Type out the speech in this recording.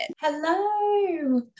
Hello